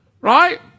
Right